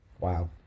Wow